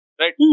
right